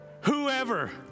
whoever